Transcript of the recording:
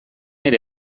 ere